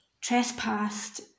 trespassed